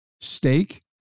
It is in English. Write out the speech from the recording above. steak